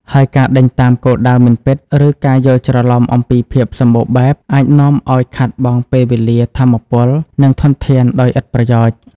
ហើយការដេញតាមគោលដៅមិនពិត ឬការយល់ច្រឡំអំពីភាពសម្បូរបែប អាចនាំឱ្យខាតបង់ពេលវេលា ថាមពល និងធនធានដោយឥតប្រយោជន៍។